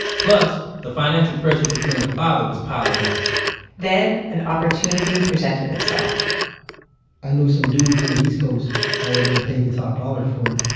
plus the financial pressures of being a father was piling up then an opportunity presented itself i knew some dudes in the east coast that were going to pay me top dollar for it.